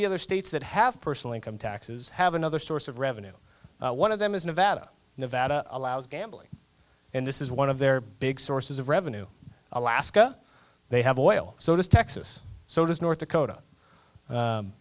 the other states that have personal income taxes have another source of revenue one of them is nevada nevada allows gambling and this is one of their big sources of revenue alaska they have oil so it is texas so just north dakota